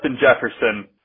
Jefferson